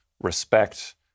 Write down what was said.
respect